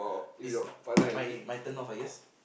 is my my my turn-off I guess